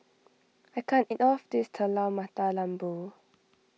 I can't eat all of this Telur Mata Lembu